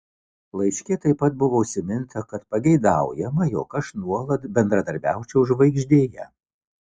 laiške taip pat buvo užsiminta kad pageidaujama jog aš nuolat bendradarbiaučiau žvaigždėje